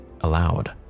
allowed